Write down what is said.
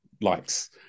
likes